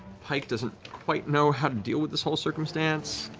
pike doesn't quite know how to deal with this whole circumstance.